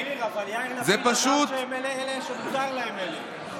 אופיר, אבל יאיר לפיד אמר שמותר להם, אלה.